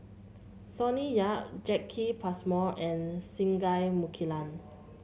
Sonny Yap Jacki Passmore and Singai Mukilan